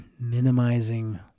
minimizing